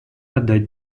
отдать